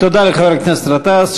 תודה לחבר הכנסת גטאס.